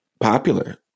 popular